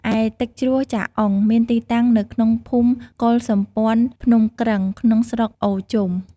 ឯទឹកជ្រោះចាអ៊ុង មានទីតាំងនៅក្នុងភូមិកុលសម្ព័ន្ធភ្នំគ្រឹង ក្នុងស្រុកអូរជុំ។